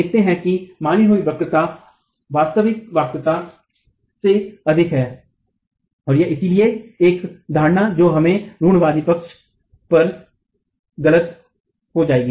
आप देखते हैं कि मानी हुई वक्रता वास्तविक वक्रता से अधिक है और यह इसलिए है एक धारणा जो हमें रूढ़िवादी पक्ष पर गलत जो हो जाएगी